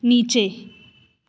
नीचे